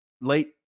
late